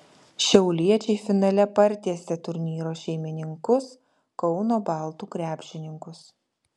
šiauliečiai finale partiesė turnyro šeimininkus kauno baltų krepšininkus